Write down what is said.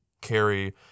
carry